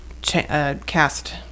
cast